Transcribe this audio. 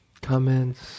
comments